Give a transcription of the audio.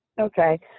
Okay